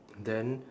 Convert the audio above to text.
then